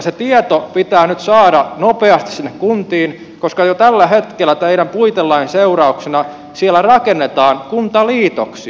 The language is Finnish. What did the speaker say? se tieto pitää nyt saada nopeasti sinne kuntiin koska jo tällä hetkellä teidän puitelain seurauksena siellä rakennetaan kuntaliitoksia